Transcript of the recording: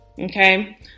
Okay